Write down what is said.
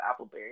Appleberry